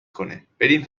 کنهبریم